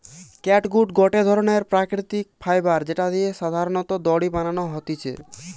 catgut গটে ধরণের প্রাকৃতিক ফাইবার যেটা দিয়ে সাধারণত দড়ি বানানো হতিছে